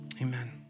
Amen